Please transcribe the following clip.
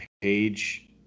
page